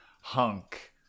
hunk